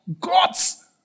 God's